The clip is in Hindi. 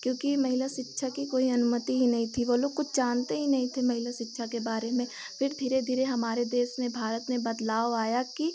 क्योंकि महिला शिक्षा की कोई अनुमति ही नहीं थी वह लोग कुछ जानते ही नहीं थे महिला शिक्षा के बारे में फिर धीरे धीरे हमारे देश में भारत में बदलाव आया कि